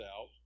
out